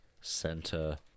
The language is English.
Center